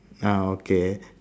ah okay